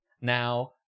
Now